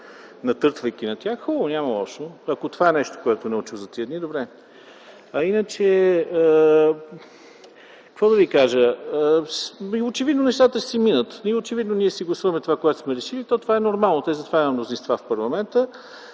натъртвайки на тях. Хубаво, няма лошо. Ако това е нещото, което е научил за тези дни – добре. А иначе какво да ви кажа, очевидно нещата ще си минат и очевидно ще си гласуваме това, което сме решили. Това е нормалното, затова има мнозинства в парламента.